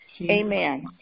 Amen